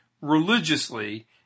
religiously